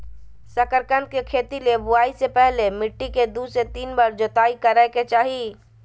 शकरकंद के खेती ले बुआई से पहले मिट्टी के दू से तीन बार जोताई करय के चाही